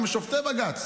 שופטי בג"ץ,